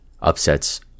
upsets